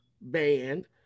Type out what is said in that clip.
band